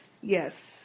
Yes